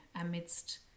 amidst